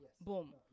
boom